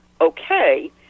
okay